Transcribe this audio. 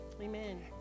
Amen